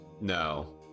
no